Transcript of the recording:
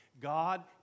God